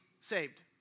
saved